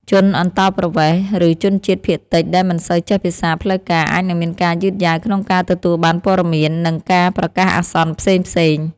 ជនអន្តោប្រវេសន៍ ឬជនជាតិភាគតិចដែលមិនសូវចេះភាសាផ្លូវការអាចនឹងមានការយឺតយ៉ាវក្នុងការទទួលបានព័ត៌មាន និងការប្រកាសអាសន្នផ្សេងៗ។